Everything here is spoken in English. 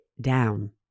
down